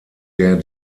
der